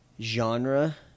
genre